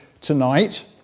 tonight